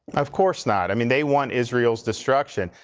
of course not. i mean they want israel's destruction.